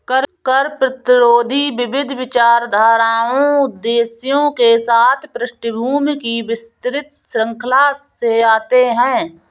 कर प्रतिरोधी विविध विचारधाराओं उद्देश्यों के साथ पृष्ठभूमि की विस्तृत श्रृंखला से आते है